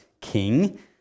king